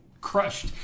crushed